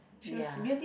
ya